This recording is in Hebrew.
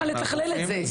היא צריכה לתכלל את זה.